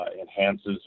enhances